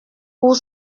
pour